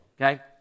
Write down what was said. Okay